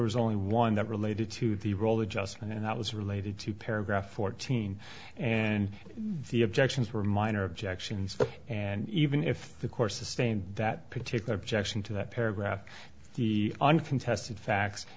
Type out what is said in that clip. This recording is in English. was only one that related to the role of justice and i was related to paragraph fourteen and the objections were minor objections and even if the course the stay in that particular objection to that paragraph the uncontested facts